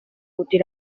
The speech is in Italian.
utile